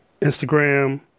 Instagram